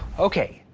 okay,